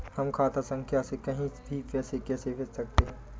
हम खाता संख्या से कहीं भी पैसे कैसे भेज सकते हैं?